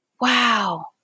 Wow